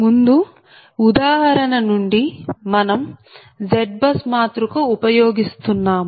ముందు ఉదాహరణ నుండి మనం ZBUSమాతృక ఉపయోగిస్తున్నాము